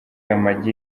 amagi